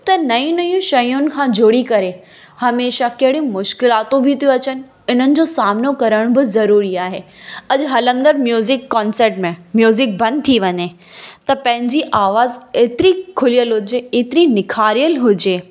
त नयू नयू शयुनि खां जुड़ी करे हमेशह कहिड़े मुश्किलातू बि थियूं अचनि इन्हनि जो सामिनो करण बि ज़रूरी आहे अॼु हलंदड़ु म्यूजिक कॉन्सर्ट में म्यूजिक बंदि थी वञे त पंहिंजी आवाज़ एतिरी खुलियल हुजे एतिरी निखारियल हुजे